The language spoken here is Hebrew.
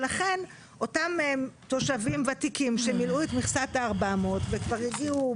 לכן אותם תושבים ותיקים שמילאו את מכסת ה-400 וכבר הגיעו